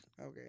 okay